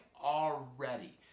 already